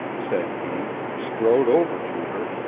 said he, strode over to her,